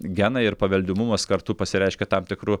genai ir paveldimumas kartu pasireiškia tam tikru